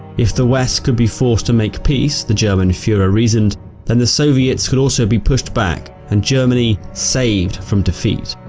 if the west could be forced to make peace, the german fuhrer reasoned then the soviets, could also be pushed back and germany saved from defeat.